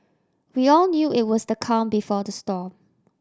we all knew it was the calm before the storm